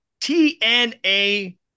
TNA